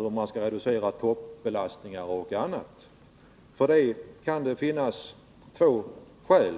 hur man skall reducera toppbelastningar och annat. Det kan han göra av två olika skäl.